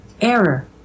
Error